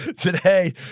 today